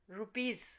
rupees